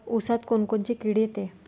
ऊसात कोनकोनची किड येते?